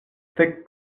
thick